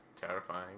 Terrifying